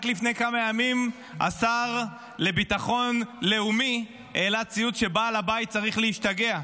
רק לפני כמה ימים השר לביטחון לאומי העלה ציוץ שבעל הבית צריך להשתגע.